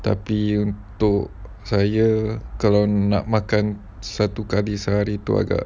tapi untuk saya kalau nak makan satu kali sehari tu agak